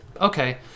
okay